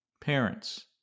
parents